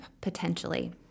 potentially